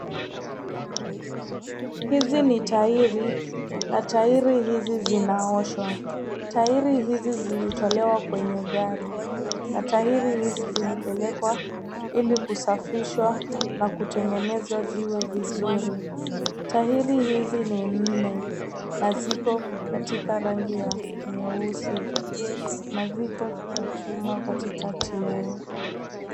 Hizi ni tairi na tairi hizi zinaoshwa. Tairi hizi zilitolewa kwenye gari na tairi hizi zilipelekwa ili kusafishwa na kutengenezwa ziwe vizuri. Tairi hizi ni nne na ziko katika rangi ya nyeusi, na ziko na chuma katikati yao.